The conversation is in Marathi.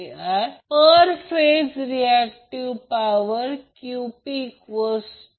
याचा अर्थ असा की हे प्रत्यक्षात e j π 2 याचा अर्थ j e j π 2 ही कॉम्प्लेक्स संख्या आहे